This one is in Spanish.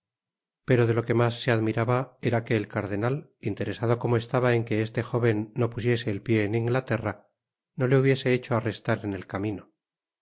pero de lo que mas se admiraba era que el cardenal interesado como estaba en que este jóven no pusiese el pié en inglaterra no te hubiese hecho arrestar en el camino